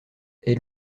est